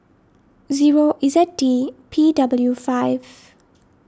zero Z D P W five